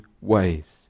ways